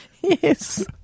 Yes